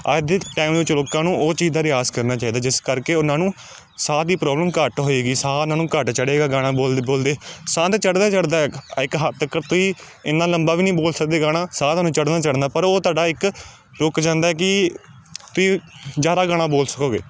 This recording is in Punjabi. ਅੱਜ ਦੇ ਟੈਮ ਵਿੱਚ ਲੋਕਾਂ ਨੂੰ ਉਹ ਚੀਜ਼ ਦਾ ਰਿਆਜ਼ ਕਰਨਾ ਚਾਹੀਦਾ ਜਿਸ ਕਰਕੇ ਉਹਨਾਂ ਨੂੰ ਸਾਹ ਦੀ ਪ੍ਰੋਬਲਮ ਘੱਟ ਹੋਵੇਗੀ ਸਾਹ ਉਹਨਾਂ ਨੂੰ ਘੱਟ ਚੜ੍ਹੇਗਾ ਗਾਣਾ ਬੋਲਦੇ ਬੋਲਦੇ ਸਾਹ ਤਾਂ ਚੜ੍ਹਦਾ ਹੀ ਚੜ੍ਹਦਾ ਇੱਕ ਹੱਦ ਤੱਕ ਤੁਸੀਂ ਇੰਨਾ ਲੰਬਾ ਵੀ ਨਹੀਂ ਬੋਲ ਸਕਦੇ ਗਾਣਾ ਸਾਹ ਤੁਹਾਨੂੰ ਚੜ੍ਹਨਾ ਹੀ ਚੜ੍ਹਨਾ ਪਰ ਉਹ ਤੁਹਾਡਾ ਇੱਕ ਰੁਕ ਜਾਂਦਾ ਕਿ ਪੀ ਜ਼ਿਆਦਾ ਗਾਣਾ ਬੋਲ ਸਕੋਗੇ